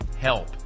help